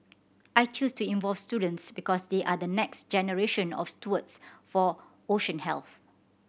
I chose to involve students because they are the next generation of stewards for ocean health